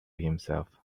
himself